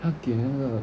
她点那个